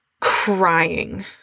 crying